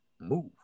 move